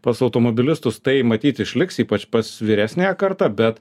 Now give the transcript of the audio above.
pas automobilistus tai matyt išliks ypač pas vyresniąją kartą bet